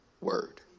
word